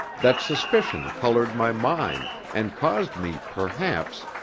that suspicion coloured my mind and caused me, perhaps,